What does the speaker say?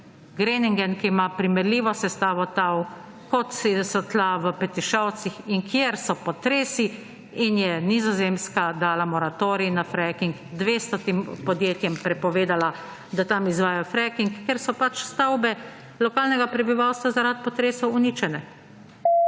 Groningen, ki ima primerljivo sestavo tal kot so tla v Petišovcih in kjer so potresi in je Nizozemska dala moratorij na fracking, 200 podjetjem prepovedala, da tam izvaja fracking, ker so pač stavbe lokalnega prebivalstva zaradi potresov uničene.